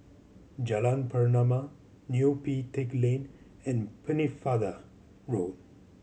Jalan Pernama Neo Pee Teck Lane and Pennefather Road